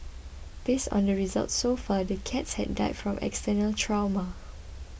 based on the results so far the cats had died from external trauma